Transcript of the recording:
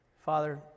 Father